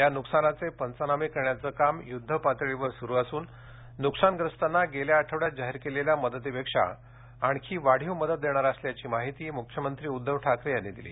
या नुकसानाचे पंचनामे करण्याचं काम युद्धपातळीवर सुरु असून नुकसानग्रस्तांना गेल्या आठवड्यात जाहीर केलेल्या मदतीपेक्षा आणखी वाढीव मदत देणार असल्याची माहिती मुख्यमंत्री उद्धव ठाकरे यांनी दिली